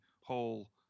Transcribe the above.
whole